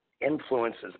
influences